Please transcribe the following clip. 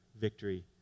victory